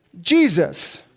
Jesus